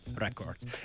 Records